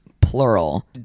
plural